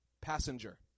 passenger